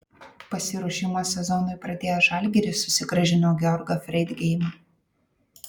pasiruošimą sezonui pradėjęs žalgiris susigrąžino georgą freidgeimą